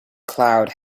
cloud